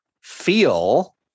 feel